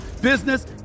business